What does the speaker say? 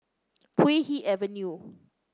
Puay Hee Avenue